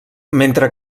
mentre